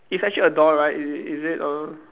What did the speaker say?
is actually a door right is it is it or